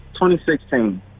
2016